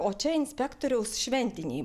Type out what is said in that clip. o čia inspektoriaus šventiniai